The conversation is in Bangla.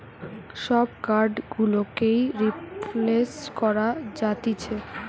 সব কার্ড গুলোকেই রিপ্লেস করা যাতিছে